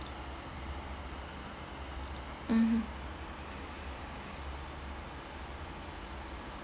mm